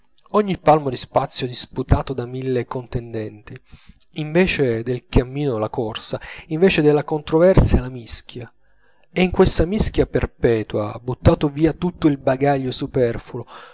ogni palmo di spazio disputato da mille contendenti invece del cammino la corsa invece della controversia la mischia e in questa mischia perpetua buttato via tutto il bagaglio superfluo